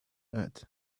earth